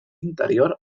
interior